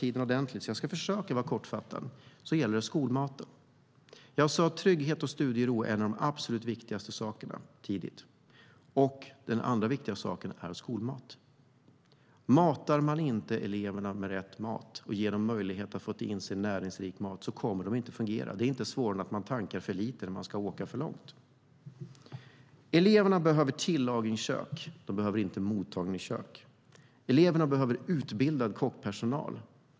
Tidigt i mitt anförande sa jag att något av det viktigaste är trygghet och studiero. Något annat som är viktigt är skolmaten. Får eleverna inte näringsrik mat kommer de inte att fungera. Det är som att tanka för lite när man ska åka långt. Eleverna behöver tillagningskök, inte mottagningskök. Eleverna behöver utbildad kockpersonal.